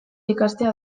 ikastea